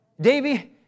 Davy